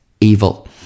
evil